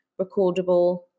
recordable